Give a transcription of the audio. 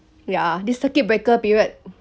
ya this circuit breaker period